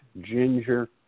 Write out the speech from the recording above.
ginger